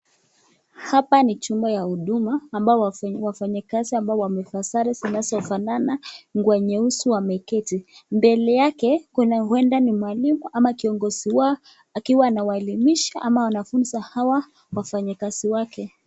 Hapa ni chumba ya huduma ambapo wafanyikazi ambao wamefaa sare zinazofanana nguo nyeusi wameketi. Mbele yake kuna huenda ni mwalimu ama kiongozi wao akiwa anawaelimisha ama anawafunza hawa wafanyikazi wake.